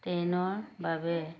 ট্ৰেইনৰ বাবে